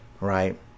right